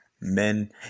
men